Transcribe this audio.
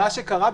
מה שקרה,